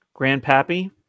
Grandpappy